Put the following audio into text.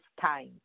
time